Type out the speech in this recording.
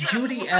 Judy